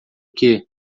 que